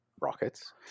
rockets